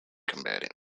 combatant